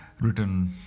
written